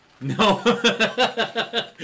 No